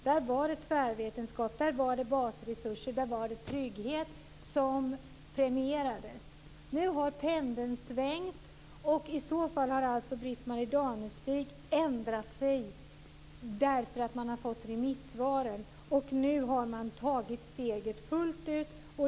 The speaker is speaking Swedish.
Där var det tvärvetenskap, basresurser och trygghet som premierades. Nu har pendeln svängt. Britt-Marie Danestig har ändrat sig därför att man har fått de här remissvaren. Nu har man tagit steget fullt ut.